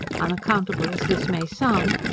unaccountable as this may sound,